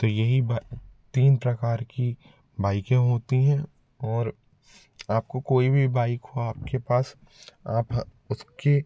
तो यही तीन प्रकार की बाइकें होती हैं और आपको कोई भी बाइक हो आपके पास आप उसके